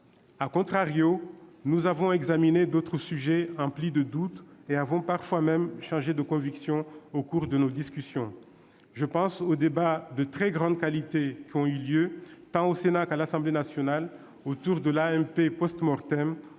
de doutes que nous avons examiné d'autres sujets. Nous avons même, parfois, changé de conviction au cours de nos discussions. Je pense aux débats de très grande qualité qui ont eu lieu, tant au Sénat qu'à l'Assemblée nationale, autour de l'AMP ou encore